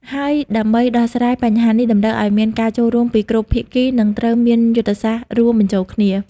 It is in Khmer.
ហើយដើម្បី ដោះស្រាយបញ្ហានេះតម្រូវឱ្យមានការចូលរួមពីគ្រប់ភាគី និងត្រូវមានយុទ្ធសាស្ត្ររួមបញ្ចូលគ្នា។